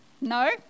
No